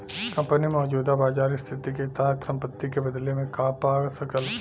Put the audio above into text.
company मौजूदा बाजार स्थिति के तहत संपत्ति के बदले में का पा सकला